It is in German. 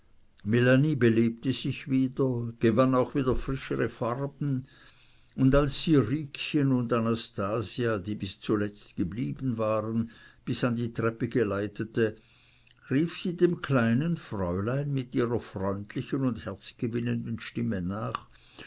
belebte sich wieder gewann auch wieder frischere farben und als sie riekchen und anastasia die bis zuletzt geblieben waren bis an die treppe geleitete rief sie dem kleinen fräulein mit ihrer freundlichen und herzgewinnenden stimme nach